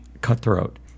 cutthroat